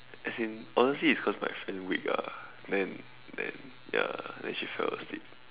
as in honestly it's cause my friend weak ah then then ya then she fell asleep